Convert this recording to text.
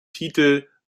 titel